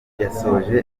yashoje